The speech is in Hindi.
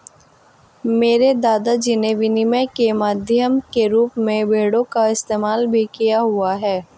मेरे दादा जी ने विनिमय के माध्यम के रूप में भेड़ों का इस्तेमाल भी किया हुआ है